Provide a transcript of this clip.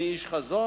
אני איש חזון,